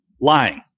lying